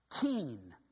Keen